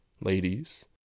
ladies